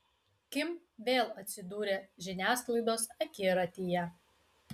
kim vėl atsidūrė žiniasklaidos akiratyje